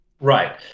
Right